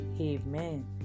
Amen